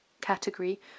category